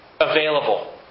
available